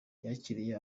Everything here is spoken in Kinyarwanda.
yakiriye